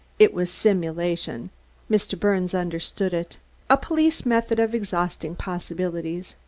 it was simulation mr. birnes understood it a police method of exhausting possibilities.